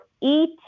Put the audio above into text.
eat